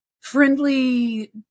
friendly